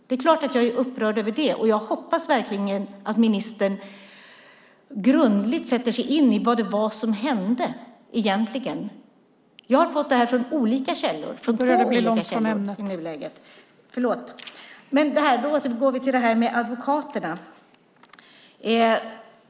Det är klart att jag är upprörd över det, och jag hoppas verkligen att ministern grundligt sätter sig in i vad det var som egentligen hände. Jag har fått detta från olika källor. Fru talman! Ursäkta, men då återgår jag till detta med advokaterna.